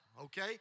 okay